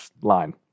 line